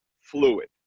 fluid